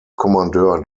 kommandeur